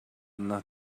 not